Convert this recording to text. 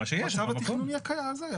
המצב התכנוני הקיים.